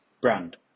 Brand